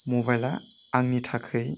मबाइला आंनि थाखै